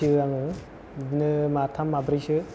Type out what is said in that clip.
फियो आङो बिदिनो माथाम माब्रैसो